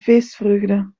feestvreugde